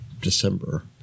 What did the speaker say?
December